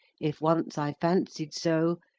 if once i fancied so,